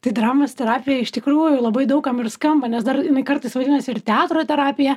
tai dramos terapija iš tikrųjų labai daug kam ir skamba nes dar jinai kartais vadinasi ir teatro terapija